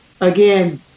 Again